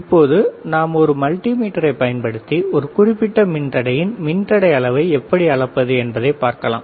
இப்பொழுது நாம் ஒரு மல்டி மீட்டரை பயன்படுத்தி ஒரு குறிப்பிட்ட மின்தடையின் மின்தடை அளவை எப்படி அளப்பது என்பதை பார்க்கலாம்